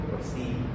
see